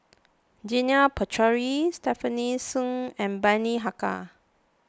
Janil Puthucheary Stefanie Sun and Bani Haykal